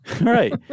Right